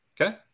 Okay